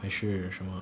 还是什么